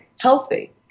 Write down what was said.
healthy